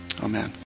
Amen